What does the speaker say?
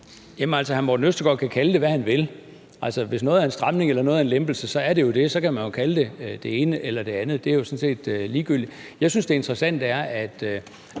Jamen hr. Morten Østergaard kan kalde det, hvad han vil. Hvis noget er en stramning, eller noget af en lempelse, så er det jo det – så kan man jo kalde det det ene eller det andet; det er jo sådan set ligegyldigt. Jeg synes, det interessante er, at